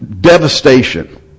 devastation